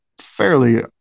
fairly